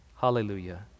Hallelujah